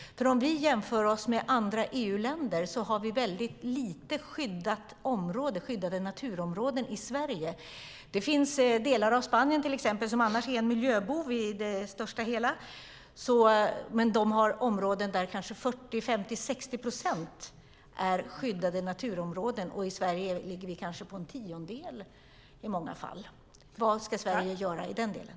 Om vi jämför oss med andra EU-länder har vi väldigt få skyddade naturområden i Sverige. I Spanien, som annars är en miljöbov i det stora hela, har de områden där 40, 50 eller 60 procent är skyddade naturområden. I Sverige ligger vi kanske på en tiondel. Vad ska Sverige göra i den delen?